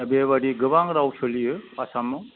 दा बेबादि गोबां राव सोलियो आसामाव